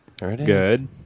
Good